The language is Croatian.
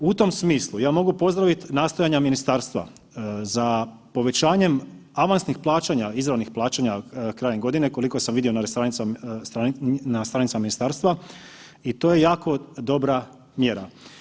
U tom smislu ja mogu pozdraviti nastojanja ministarstva za povećanjem avansnih plaćanja, izravnih plaćanja krajem godine, koliko sam vidio na stranicama ministarstva i to je jako dobra mjera.